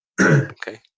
Okay